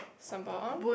Sembawang